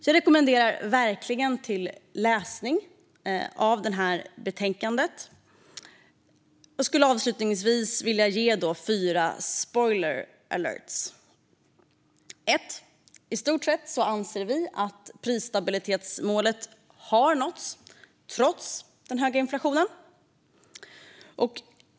Jag rekommenderar verkligen läsning av betänkandet. Avslutningsvis vill jag dela med mig av fyra spoiler alerts. Det första är att vi i stort sett anser att prisstabilitetsmålet nåtts, trots den höga inflationen.